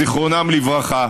זיכרונם לברכה.